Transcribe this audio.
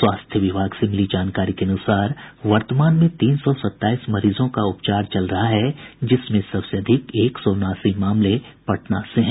स्वास्थ्य विभाग से मिली जानकारी के अनुसार वर्तमान में तीन सौ सत्ताईस मरीजों का उपचार चल रहा है जिसमें सबसे अधिक एक सौ उनासी मामले पटना से हैं